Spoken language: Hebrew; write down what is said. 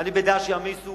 אני בדעה שיעמיסו